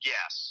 Yes